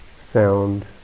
sound